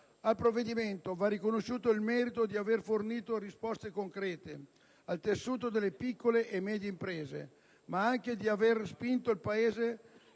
Al provvedimento va riconosciuto il merito di aver fornito risposte concrete al tessuto delle piccole e medie imprese, ma anche di aver spinto il Paese